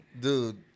dude